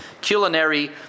culinary